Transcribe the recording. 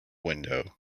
window